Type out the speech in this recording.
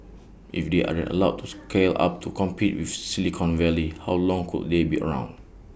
if they aren't allowed to scale up to compete with Silicon Valley how long could they be around